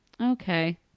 Okay